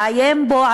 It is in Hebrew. לעיין בו,